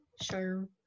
Sure